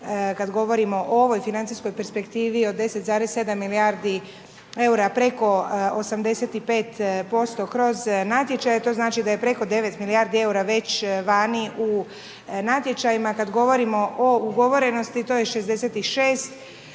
kad govorimo o ovoj financijskoj perspektivi od 10,7 milijardi EUR-a preko 85% kroz natječaje to znači da je preko 9 milijardi eura, već vani u natječajima. Kada govorimo o ugovorenosti, to je 66%,